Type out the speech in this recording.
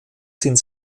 sind